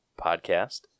Podcast